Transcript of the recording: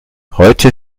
heute